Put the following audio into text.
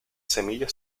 semillas